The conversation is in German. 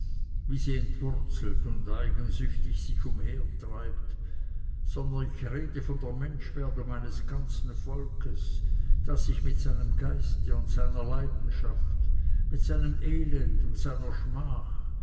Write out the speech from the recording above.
wie sie entwurzelt und eigensüchtig sich umhertreibt sondern ich rede von der menschwerdung eines ganzen volkes das sich mit seinem geiste und seiner leidenschaft mit seinem elende und seiner schmach